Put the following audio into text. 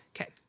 Okay